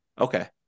Okay